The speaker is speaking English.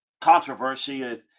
controversy